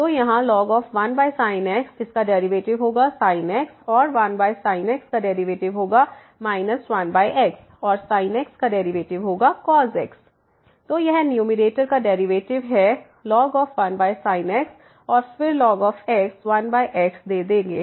तो यहाँ ln 1sin x इसका डेरिवेटिव होगा sin x और 1sin x का डेरिवेटिव होगा 1x और sin x का डेरिवेटिव होगा cos x तो यह न्यूमैरेटर का डेरिवेटिव है ln 1sin x और फिर ln x 1xदे देंगे